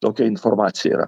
tokia informacija yra